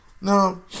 Now